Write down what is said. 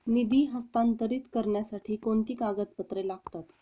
निधी हस्तांतरित करण्यासाठी कोणती कागदपत्रे लागतात?